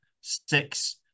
six